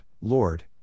Lord